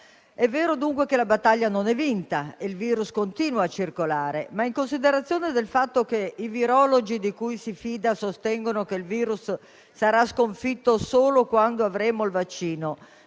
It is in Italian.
È vero dunque che la battaglia non è vinta e il virus continua a circolare, ma in considerazione del fatto che i virologi di cui si fida sostengono che il virus sarà sconfitto solo quando avremo il vaccino,